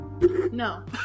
no